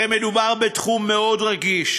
הרי מדובר בתחום מאוד רגיש,